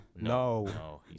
No